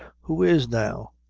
who is now?